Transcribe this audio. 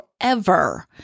forever